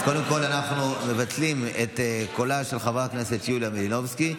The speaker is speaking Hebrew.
אז קודם כול אנחנו מבטלים את קולה של חברת הכנסת יוליה מלינובסקי.